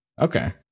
Okay